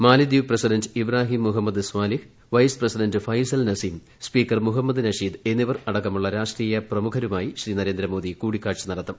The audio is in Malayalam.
മാലദ്വീപ് president Ibrahim Mohamed Solih vice president Faisal Naseem speaker Mohamed Nasheed എന്നിവർ അടക്കമുള്ള രാഷ്ട്ര പ്രമുഖന്മാരുമായി ശ്രീ നരേന്ദ്രമോദി കൂടിക്ക്മാഴ്ച നടത്തും